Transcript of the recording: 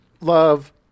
love